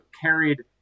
carried